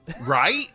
right